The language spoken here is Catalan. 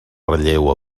relleu